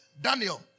Daniel